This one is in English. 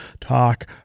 talk